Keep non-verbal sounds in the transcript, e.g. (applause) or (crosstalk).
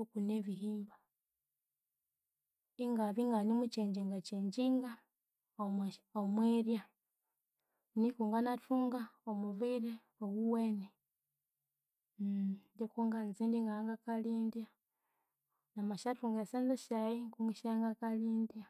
okunebihimba. Ingabya inganemukyengyinga kyengyinga omwa omwirya niku nganathunga omubiri owuwene (hesitation) ingye ngungnza indya ingangakalya indya. Namasyathunga esente syayi kungisyangkalya indya